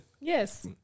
Yes